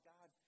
God